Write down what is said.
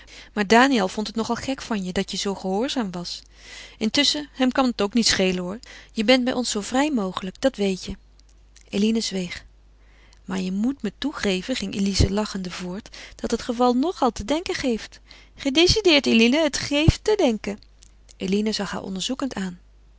maar daniël vond het nog al gek van je dat je zoo gehoorzaam was intusschen hem kan het ook niet schelen hoor je bent bij ons zoo vrij mogelijk dat weet je eline zweeg maar je moet me toegeven ging elize lachend voort dat het geval nogal te denken geeft gedecideerd eline het geeft te denken eline zag haar onderzoekend aan